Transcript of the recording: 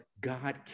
God